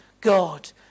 God